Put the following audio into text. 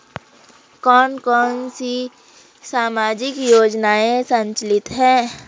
कौन कौनसी सामाजिक योजनाएँ संचालित है?